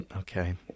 Okay